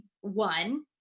one